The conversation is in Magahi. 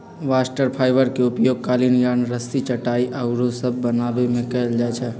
बास्ट फाइबर के उपयोग कालीन, यार्न, रस्सी, चटाइया आउरो सभ बनाबे में कएल जाइ छइ